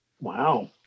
Wow